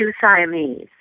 Siamese